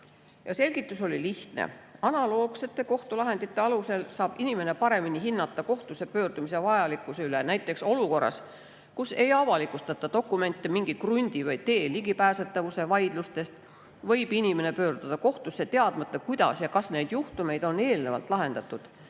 selgitus oli lihtne: analoogsete kohtulahendite alusel saab inimene paremini hinnata kohtusse pöördumise vajalikkuse üle. Näiteks olukorras, kus ei avalikustata dokumente mingi krundi või tee ligipääsetavuse vaidluste kohta, võib inimene pöörduda kohtusse, teadmata, kuidas ja kas neid juhtumeid on eelnevalt lahendatud,